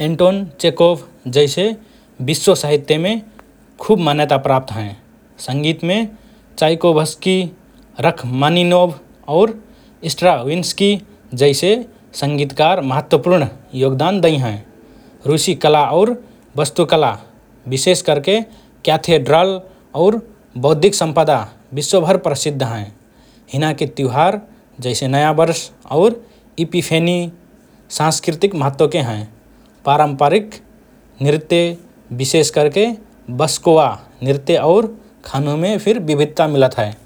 Anton Chekhov जैसे विश्व साहित्यमे खुब मान्यता प्राप्त हएँ । संगीतमे चाइकोभ्स्की, रखमानिनोभ और स्ट्राविन्स्की जैसे संगीतकार महत्वपूर्ण योगदान दई हएँ । रुसी कला और वास्तुकला विशेष करके क्याथेड्रल और बौद्धिक सम्पदा विश्वभर प्रसिद्ध हएँ । हिनाके त्युहार जैसे नया वर्ष और इपिफेनी, सांस्कृतिक महत्वके हएँ । पारंपरिक नृत्य, विशेष करके बस्कोवा नृत्य और खानुमे फिर विविधता मिलत हए ।